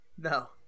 No